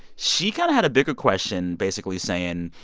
she kind of had a bigger question, basically saying,